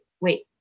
Wait